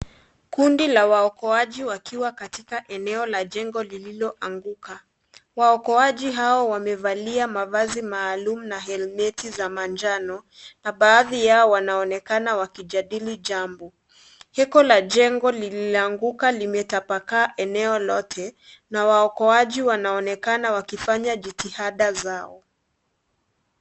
Kundi la waokoaji wakiwa katika eneo la jengo lililoanguka. Waokoaji hao wamevalia mavazi maalum na helmeti za manjano na baadhi yao wanaonekana wakijadili jambo. Heko la jengo lililoanguka limetapakaa eneo lote na waokoaji wanaonekana wakifanya jitihada zao.